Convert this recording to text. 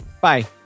Bye